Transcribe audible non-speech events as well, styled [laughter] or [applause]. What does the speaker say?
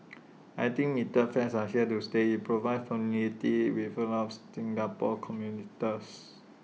[noise] I think metered fares are here to stay IT provides familiarity with A lot of Singapore [unintelligible]